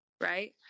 right